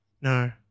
No